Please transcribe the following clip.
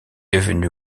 devenu